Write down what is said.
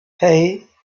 hey